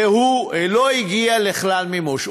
והוא לא הגיע לכלל מימוש.